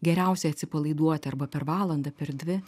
geriausiai atsipalaiduoti arba per valandą per dvi